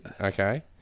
Okay